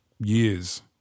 years